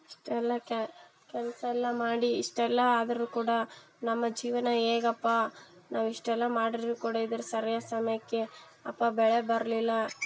ಇಷ್ಟೆಲ್ಲ ಕೆಲಸೆಲ್ಲ ಮಾಡಿ ಇಷ್ಟೆಲ್ಲ ಆದ್ರೂ ಕೂಡ ನಮ್ಮ ಜೀವನ ಹೇಗಪ್ಪಾ ನಾವು ಇಷ್ಟೆಲ್ಲ ಮಾಡಿದ್ರೂ ಕೂಡ ಇದ್ರ ಸರ್ಯಾದ ಸಮಯಕ್ಕೆ ಅಪ್ಪ ಬೆಳೆ ಬರಲಿಲ್ಲ